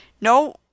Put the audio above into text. No